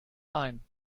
ein